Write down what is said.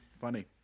Funny